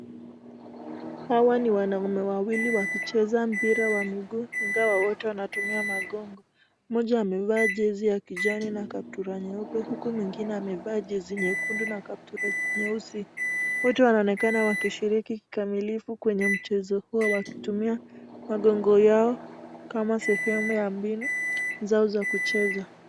Hawa ni wanaume wawili wakicheza mpira wa miguu ilhali wote wanatumia magogo. Mmoja amevaa jezi ya kijani na kaptura nyeupe huku mwingine amevaa jezi nyekundu na kaptura nyeusi . Wote wanaonekana wakishiriki kikamilivu kwenye mchezo huo wakitumia magogo yao kama sehemu ya mbinu zao za kucheza.